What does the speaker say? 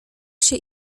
się